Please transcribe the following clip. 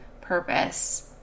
purpose